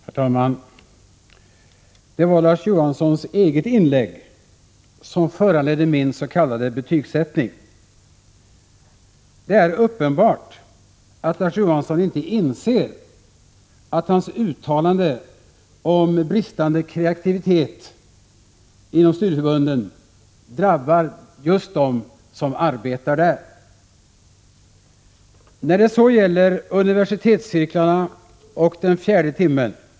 Herr talman! Det var Larz Johanssons eget inlägg som föranledde min s.k. betygssättning. Det är uppenbart att Larz Johansson inte inser att hans uttalande om bristande kreativitet inom studieförbunden drabbar just dem som arbetar där. Så till universitetscirklarna och den fjärde timmen!